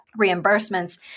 reimbursements